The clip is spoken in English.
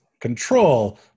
control